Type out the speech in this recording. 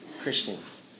Christians